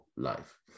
life